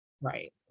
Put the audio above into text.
Right